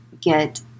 get